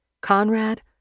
Conrad